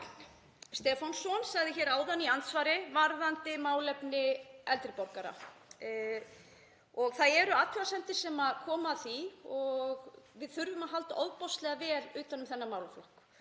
Stefánsson sagði hér áðan í andsvari varðandi málefni eldri borgara. Það eru athugasemdir sem koma að því og við þurfum að halda ofboðslega vel utan um þennan málaflokk.